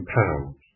pounds